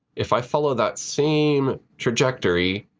if i follow that same trajectory,